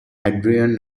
adrian